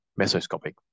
mesoscopic